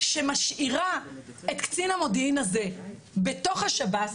שמשאירה את קצין המודיעין הזה בתוך השב”ס,